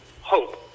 hope